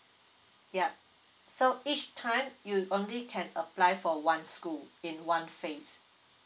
yup so each time you only can apply for one school in one phase